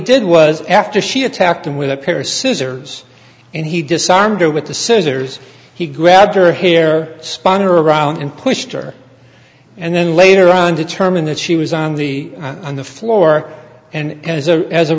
did was after she attacked him with a pair scissors and he disarmed her with the scissors he grabbed her here spawn around and pushed her and then later on determine that she was on the on the floor and as a